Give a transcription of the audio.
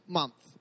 month